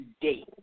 date